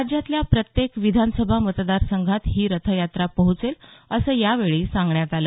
राज्यातल्या प्रत्येक विधानसभा मतदारसंघात ही रथयात्रा पोहोचेल असं यावेळी सांगण्यात आलं